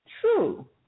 True